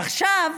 עכשיו